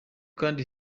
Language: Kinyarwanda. kandi